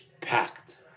packed